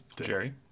Jerry